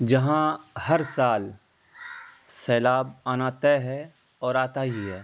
جہاں ہر سال سیلاب آنا طے ہے اور آتا ہی ہے